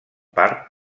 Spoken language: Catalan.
part